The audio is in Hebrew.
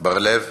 בר-לב,